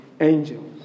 angels